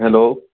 hello